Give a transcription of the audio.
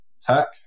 tech